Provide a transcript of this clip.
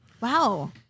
Wow